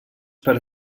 per